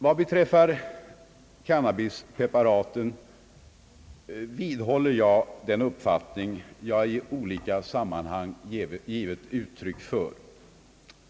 Vad beträffar cannabispreparaten vidhåller jag den uppfattning som jag i olika sammanhang givit uttryck för.